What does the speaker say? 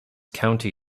county